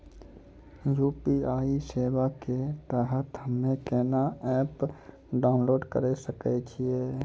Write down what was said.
UPI सेवा के तहत हम्मे केना एप्प डाउनलोड करे सकय छियै?